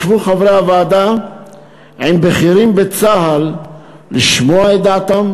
עם בכירים בצה"ל לשמוע את דעתם?